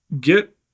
get